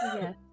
yes